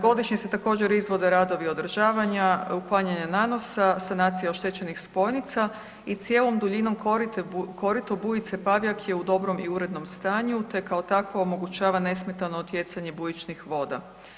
Godišnje se također, izvode radovi održavanja, uklanjanja nanosa, sanacije oštećenih spojnica i cijelom duljinom, korito bujice Pavjak je u dobrom i urednom stanju te kao takvo omogućava nesmetano otjecanje bujičnih voda.